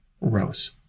rose